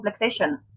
complexation